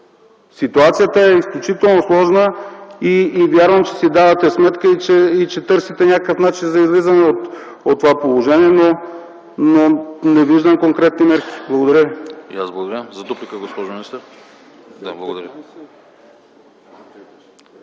Ситуацията е изключително сложна. Вярвам, че си давате сметка и че търсите някакъв начин за излизане от това положение, но не виждам конкретни мерки. Благодаря ви.